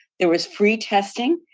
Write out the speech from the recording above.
there was free testing.